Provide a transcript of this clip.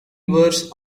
verse